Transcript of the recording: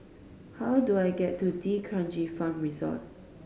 how do I get to D'Kranji Farm Resort